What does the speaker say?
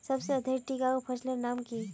सबसे अधिक टिकाऊ फसलेर नाम की?